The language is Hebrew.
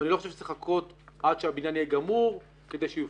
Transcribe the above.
ואני לא חושב שצריך לחכות עד שהבניין יהיה גמור כדי שיופעל.